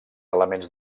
elements